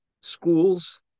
schools